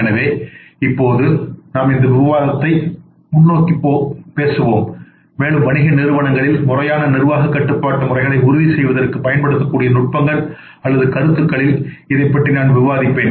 எனவே இப்போது நாம் இந்த விவாதத்தை முன்னோக்கிப் பேசுவோம் மேலும்வணிக நிறுவனங்களில்முறையான நிர்வாகக் கட்டுப்பாட்டு முறைகளை உறுதி செய்வதற்குப் பயன்படுத்தக்கூடிய நுட்பங்கள் அல்லது கருத்துக்களில் இதைப் பற்றி விவாதிப்பேன்